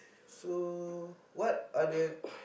so what are the